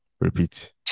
repeat